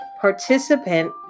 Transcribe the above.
participant